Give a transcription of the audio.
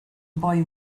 boy